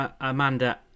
Amanda